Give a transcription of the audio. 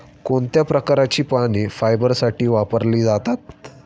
कोणत्या प्रकारची पाने फायबरसाठी वापरली जातात?